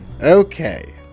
Okay